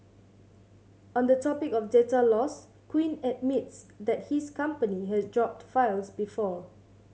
on the topic of data loss Quinn admits that his company has dropped files before